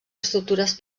estructures